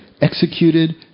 executed